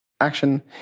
action